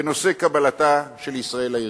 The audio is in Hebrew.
בנושא קבלתה של ישראל לארגון.